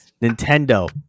Nintendo